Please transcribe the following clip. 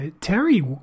Terry